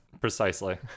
precisely